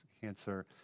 cancer